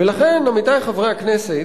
ולכן, עמיתי חברי הכנסת,